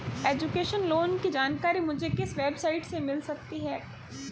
Education loan की जानकारी मुझे किस वेबसाइट से मिल सकती है?